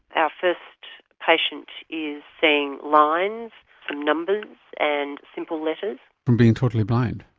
our first patient is seeing lines and numbers and simple letters. from being totally blind?